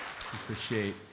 appreciate